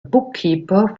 bookkeeper